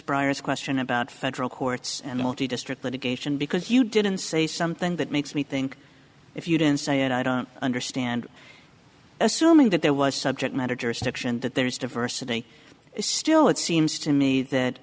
briar's question about federal courts and the district litigation because you didn't say something that makes me think if you didn't say it i don't understand assuming that there was subject matter jurisdiction that there's diversity is still it seems to me that